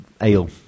ale